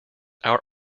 our